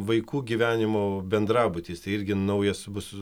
vaikų gyvenimo bendrabutis tai irgi naujas bus